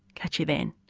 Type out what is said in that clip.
catch you then